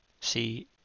See